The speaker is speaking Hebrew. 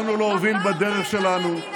נבחרנו להוביל בדרך שלנו,